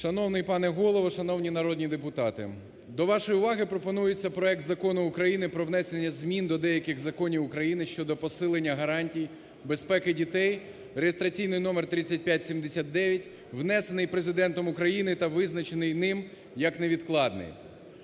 Шановний пане Голово, шановні народні депутати! До вашої уваги пропонується проект Закону України про внесення змін до деяких законів України щодо посилення гарантій безпеки дітей (реєстраційний номер 3579), внесений Президентом України та визначений ним як невідкладний.